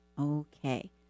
Okay